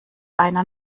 einer